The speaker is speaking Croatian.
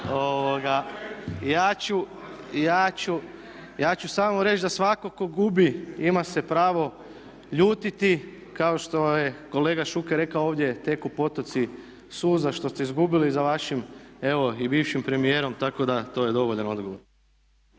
Ja ću samo reći da svatko tko gubi ima se pravo ljutiti kao što je kolega Šuker rekao ovdje teku potoci suza što ste izgubili za vašim evo i bivšim premijerom, tako da to je dovoljan odgovor.